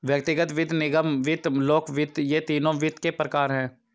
व्यक्तिगत वित्त, निगम वित्त, लोक वित्त ये तीनों वित्त के प्रकार हैं